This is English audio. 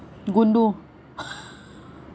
gundu